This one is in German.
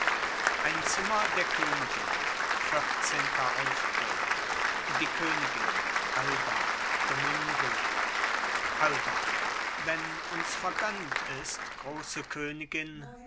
ein zimmer der königin vierzehnter auftritt die königin alba domingo alba wenn uns vergönnt ist große königin